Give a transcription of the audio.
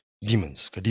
demons